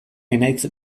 enaitz